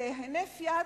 ובהינף יד,